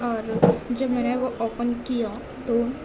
اور جب میں نے وہ اوپن کیا تو